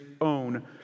own